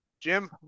Jim